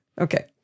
Okay